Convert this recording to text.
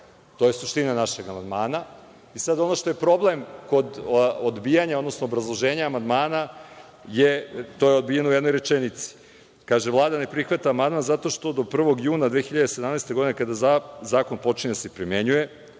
To je suština našeg amandmana. Sad ono što je problem kod odbijanja, odnosno obrazloženja amandmana, to je odbijeno u jednoj rečenici, kaže – Vlada ne prihvata amandman zato što do 1. juna 2017. godine, kada zakon počinje da se primenjuje,